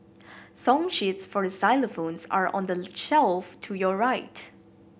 song sheets for xylophones are on the shelf to your right